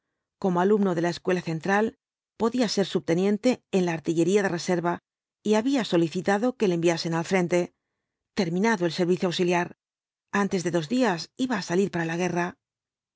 como alumno de la escuela central podía ser subteniente en la artillería de reserva y había solicitado que le enviasen al frente terminado el servicio auxiliar antes de dos días iba á salir para la guerra